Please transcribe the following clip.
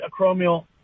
acromial